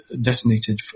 detonated